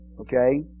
Okay